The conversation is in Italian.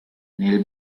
nel